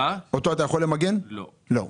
לא.